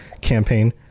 campaign